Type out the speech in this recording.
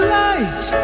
life